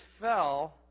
fell